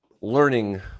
learning